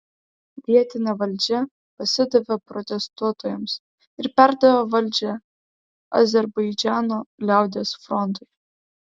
vietinė valdžia pasidavė protestuotojams ir perdavė valdžią azerbaidžano liaudies frontui